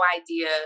idea